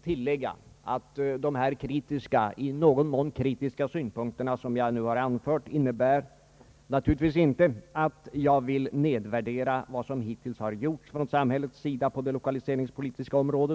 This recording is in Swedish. tillägga att dessa i någon mån kritiska synpunkter, som jag här har anfört, naturligtvis inte innebär att jag vill nedvärdera vad som hittills har gjorts från samhällets sida på lokaliseringspolitikens område.